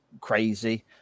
crazy